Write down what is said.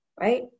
right